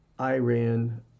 Iran